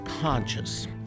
conscious